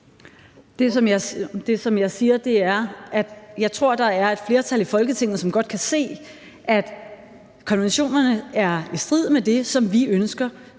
Det, jeg siger, er, at jeg tror, der er et flertal i Folketinget, som godt kan se, at konventionerne er i strid med det, som vi ønsker